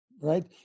right